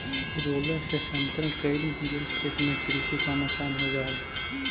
roller से समतल कईल गेल खेत में कृषि काम आसान हो जा हई